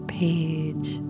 page